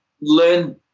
learn